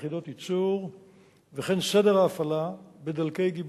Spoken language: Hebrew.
יחידות ייצור וכן סדר ההפעלה בדלקי גיבוי.